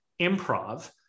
improv